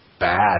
Bad